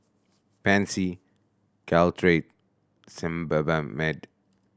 Pansy Caltrate mad